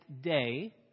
day